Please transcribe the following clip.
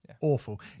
awful